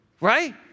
Right